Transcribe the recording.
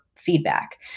feedback